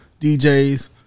DJs